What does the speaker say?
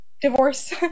Divorce